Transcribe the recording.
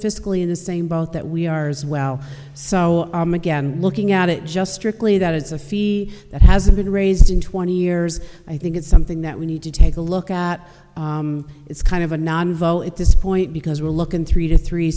physically in the same boat that we are as well so i'm again looking at it just strictly that it's a fee that hasn't been raised in twenty years i think it's something that we need to take a look at it's kind of a non vote this point because we're looking three to three